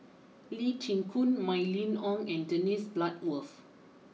Lee Chin Koon Mylene Ong and Dennis Bloodworth